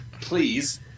please